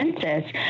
census